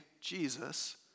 Jesus